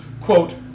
quote